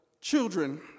children